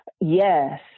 Yes